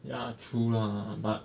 ya true lah but